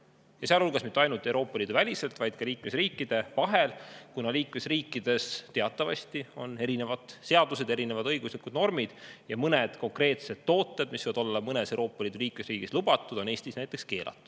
sealhulgas mitte ainult Euroopa Liidu väliselt, vaid ka liikmesriikide vahel, kuna liikmesriikides teatavasti on erinevad seadused, erinevad õiguslikud normid. Mõned konkreetsed tooted, mis võivad olla mõnes Euroopa Liidu liikmesriigis lubatud, on Eestis keelatud.